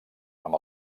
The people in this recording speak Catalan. amb